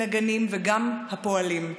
נגנים וגם הפועלים,